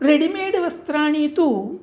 readymade वस्त्राणि तु